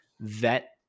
vet